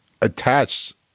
attached